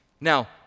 Now